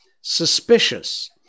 suspicious